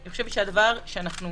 אני חושבת שהדבר שאנחנו